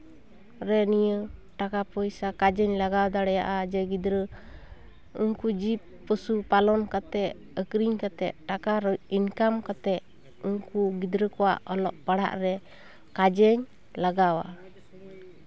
ᱨᱮ ᱱᱤᱭᱟᱹ ᱴᱟᱠᱟ ᱯᱚᱭᱥᱟ ᱠᱟᱡᱮᱧ ᱞᱟᱜᱟᱣ ᱫᱟᱲᱮᱮᱭᱟᱜᱼᱟ ᱡᱮ ᱜᱤᱫᱽᱨᱟᱹ ᱩᱱᱠᱩ ᱡᱤᱵᱽ ᱯᱚᱥᱩ ᱯᱟᱞᱚᱱ ᱠᱟᱛᱮᱜ ᱟᱹᱠᱷᱨᱤᱧ ᱠᱟᱛᱮᱜ ᱴᱟᱠᱟ ᱤᱱᱠᱟᱢ ᱠᱟᱛᱮᱜ ᱩᱱᱠᱩ ᱜᱤᱫᱽᱨᱟᱹ ᱠᱚᱣᱟᱜ ᱚᱞᱚᱜ ᱯᱟᱲᱦᱟᱜ ᱨᱮ ᱠᱟᱡᱮᱧ ᱞᱟᱜᱟᱣᱟ